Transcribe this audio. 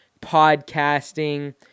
podcasting